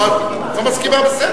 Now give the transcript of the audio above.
אם לא, לא מסכימה.